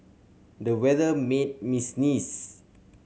the weather made me sneeze